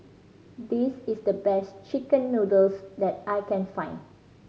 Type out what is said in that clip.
this is the best chicken noodles that I can find